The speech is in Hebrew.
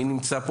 מי נמצא פה?